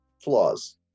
flaws